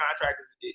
contractors